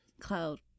cloud